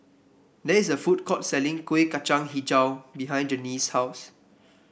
there is a food court selling Kuih Kacang hijau behind Janyce's house